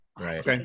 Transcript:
Right